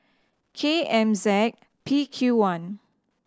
K M Z P Q one